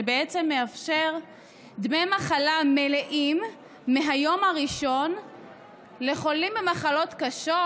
שבעצם מאפשר דמי מחלה מלאים מהיום הראשון לחולים במחלות קשות,